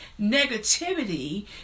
negativity